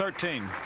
thirteen.